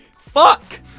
Fuck